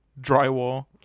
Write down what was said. drywall